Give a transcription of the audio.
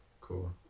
Cool